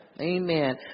amen